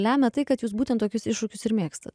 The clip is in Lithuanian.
lemia tai kad jūs būtent tokius iššūkius ir mėgstat